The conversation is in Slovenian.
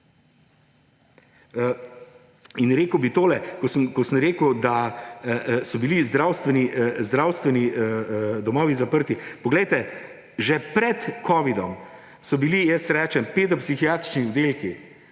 In rekel bi tole, ko sem rekel, da so bili zdravstveni domovi zaprti. Poglejte, že pred covidom so bili, jaz rečem, pedopsihiatrični oddelki